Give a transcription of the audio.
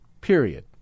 Period